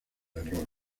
error